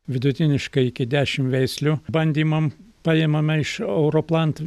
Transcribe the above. vidutiniškai iki dešimt veislių bandymam paimame iš europlant